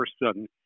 person